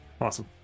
awesome